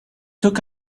took